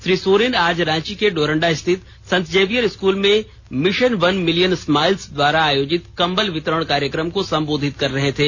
श्री सोरेन आज रांची के डोरंडा स्थित संत जेवियर स्कूल में मिशन वन मिलियन स्माइल्स द्वारा आयोजित कंबल वितरण कार्यक्रम को संबोधित कर रहे थे